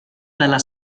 dalla